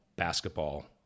basketball